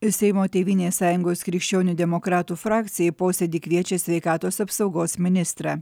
seimo tėvynės sąjungos krikščionių demokratų frakcija į posėdį kviečia sveikatos apsaugos ministrą